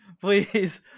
please